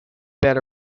about